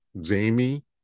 Jamie